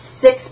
six